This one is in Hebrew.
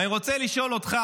ואני רוצה לשאול אותך,